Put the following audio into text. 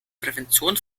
prävention